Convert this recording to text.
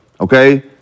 Okay